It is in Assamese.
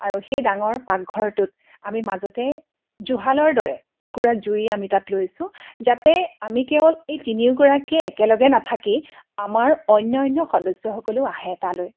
সেই ডাঙৰ পাকঘৰটোত আমি মাজতে জুহালৰ দৰে একোৰা জুই আমি তাত লৈছোঁ যাতে আমি কেৱল এই তিনিওগৰাকীয়ে একেলগে নাথাকি আমাৰ অন্যান্য সদস্যসকলেও আহে তালৈ